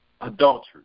adultery